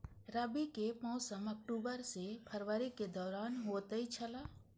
रबी के मौसम अक्टूबर से फरवरी के दौरान होतय छला